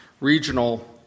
regional